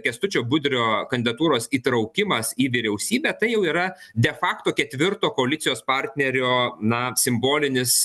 kęstučio budrio kandidatūros įtraukimas į vyriausybę tai jau yra de facto ketvirto koalicijos partnerio na simbolinis